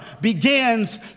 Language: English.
begins